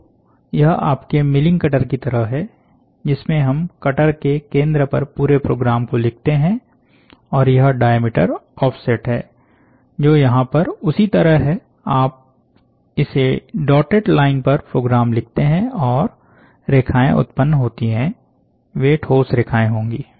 तो यह आपके मिलिंग कटर की तरह है जिसमें हम कटर के केंद्र पर पूरे प्रोग्राम को लिखते हैं और यह डायामीटर ऑफसेट है जो यहां पर उसी तरह है आप इसी डॉटेड लाइन पर प्रोग्राम लिखते हैं जो रेखाएं उत्पन्न होती है वे ठोस रेखाएं होगी